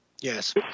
Yes